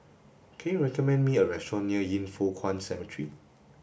can you recommend me a restaurant near Yin Foh Kuan Cemetery